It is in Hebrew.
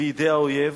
לידי האויב,